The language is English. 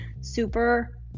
super